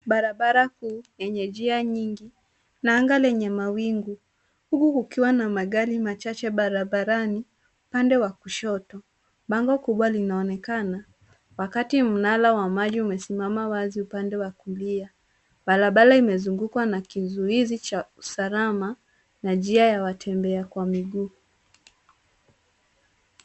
Barabara kuu yenye njia nyingi na anga lenye mawingu huku kukiwa na magari machache barabarani. Upande wa kushoto, bango kubwa linaonekana wakati mnara wa maji umesimama wazi upande wa kulia. Barabara imezungukwa na kizuizi cha usalama na njia ya watembea kwa miguu.